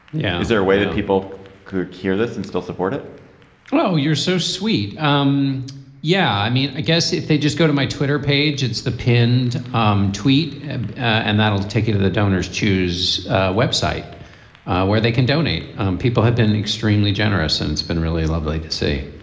yeah. is there a way that people could care less and still support it oh you're so sweet. um yeah. i mean i guess if they just go to my twitter page it's the pinned um tweet and and that'll take you to the donor's choose a web site where they can donate people have been extremely generous and it's been really lovely to see